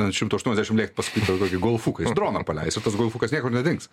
ant šimto aštuoniasdešim lėkt paskui gal kokį golfuką droną paleisi tas golfukas niekur nedings